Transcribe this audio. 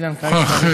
אני מוכרח,